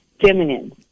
feminine